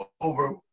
over